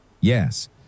Yes